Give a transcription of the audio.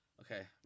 Okay